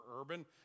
urban